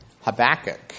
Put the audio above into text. Habakkuk